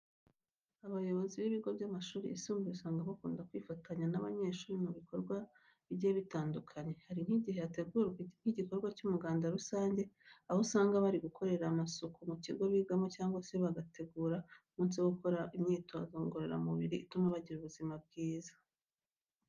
Abayobozi b'ibigo by'amashuri yisumbuye usanga bakunda kwifatanya n'abanyeshuri mu bikorwa bigiye bitandukanye. Hari nk'igihe hategurwa nk'igikorwa cy'umuganda rusange, aho usanga bari gukorera amasuku mu kigo bigamo cyangwa se bagategura umunsi wo gukoraho imyitozo ngororamubiri ituma bagira ubuzima bwiza.